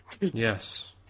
Yes